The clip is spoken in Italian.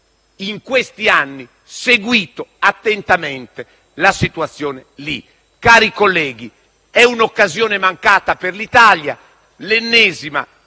in questi anni, seguito attentamente la situazione. Cari colleghi, è un'occasione mancata per l'Italia, l'ennesima.